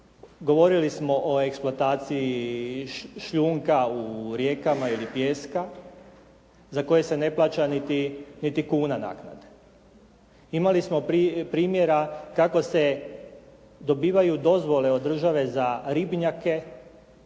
Govorili smo o eksploataciji šljunka u rijekama i pijeska za koje se ne plaća niti kuna naknade. Imali smo primjera kako se dobivaju dozvole od države za ribnjake